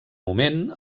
moment